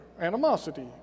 animosity